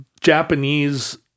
Japanese